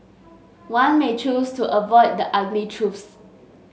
one may choose to avoid the ugly truths